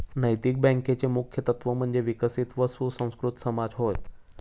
नैतिक बँकेचे मुख्य तत्त्व म्हणजे विकसित व सुसंस्कृत समाज होय